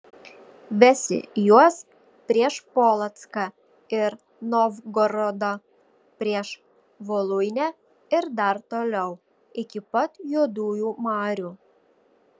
vesi juos prieš polocką ir novgorodą prieš voluinę ir dar toliau iki pat juodųjų marių